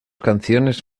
canciones